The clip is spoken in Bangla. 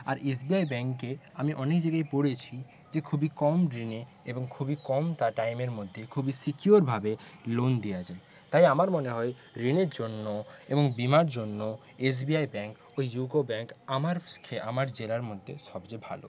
আর এস বি আই ব্যাংকে আমি অনেক জায়গায় পড়েছি যে খুবই কম ঋণে এবং খুবই কম টাইমের মধ্যে সিকিয়োর ভাবে লোন দেওয়া যায় তাই আমার মনে হয় ঋণের জন্য ও বিমার জন্য এস বি আই ব্যাংক ও ইউকো ব্যাংক আমার কাছে আমার জেলার মধ্যে সবচেয়ে ভালো